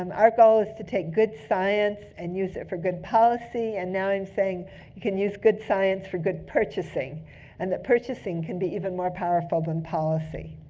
um our goal is to take good science and use it for good policy. and now i'm saying you can use good science for good purchasing and that purchasing can be even more powerful than policy.